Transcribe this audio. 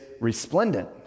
resplendent